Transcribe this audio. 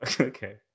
Okay